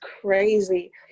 crazy